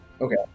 Okay